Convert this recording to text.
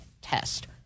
test